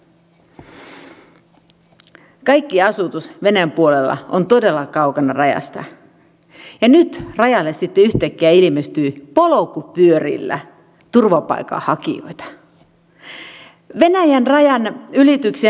koko poliittisen järjestelmän ja demokratian kannalta on kestämätön tilanne jos entistä useampi alkaa ajatella että ministereihin tai muihin poliitikkoihin ei voi luottaa